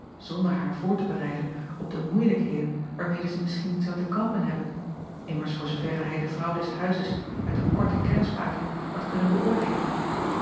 zonder haar voor te bereiden op de moeilijkheden waarmede zij misschien zou te kampen hebben immers voor zooverre hij de vrouw des huizes uit een korte kennismaking had kunnen beöordeelen